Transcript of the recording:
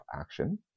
action